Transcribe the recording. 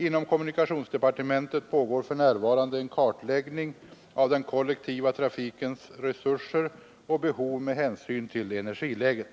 Inom kommunikationsdepartementet pågår för närvarande en kartläggning av den kollektiva trafikens resurser och behov med hänsyn till energiläget.